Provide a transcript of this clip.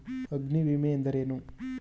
ಅಗ್ನಿವಿಮೆ ಎಂದರೇನು?